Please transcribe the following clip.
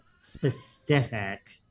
specific